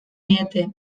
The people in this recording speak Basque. diete